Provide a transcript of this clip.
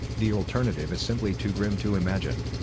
the alternative is simply too grim to imagine.